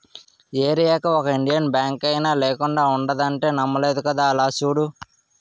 ఏరీయాకి ఒక ఇండియన్ బాంకైనా లేకుండా ఉండదంటే నమ్మలేదు కదా అలా చూడు